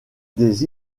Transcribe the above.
des